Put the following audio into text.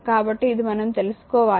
కాబట్టి ఇది మనం తెలుసుకోవాలి